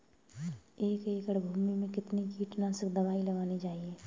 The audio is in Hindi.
एक एकड़ भूमि में कितनी कीटनाशक दबाई लगानी चाहिए?